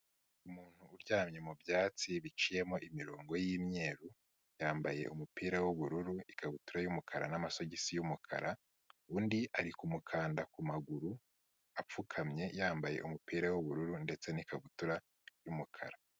Umuntu uryamye mu byatsi biciyemo imirongo y'imyeru, yambaye umupira w'ubururu, ikabutura y'umukara n'amasogisi y'umukara, undi ari kumukanda ku maguru apfukamye yambaye umupira w'ubururu ndetse n'ikabutura y'umukara.